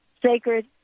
Sacred